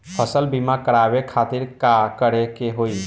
फसल बीमा करवाए खातिर का करे के होई?